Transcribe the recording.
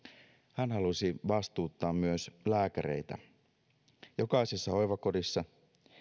hän halusi vastuuttaa myös lääkäreitä jokaisessa hoivakodissa